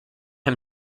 him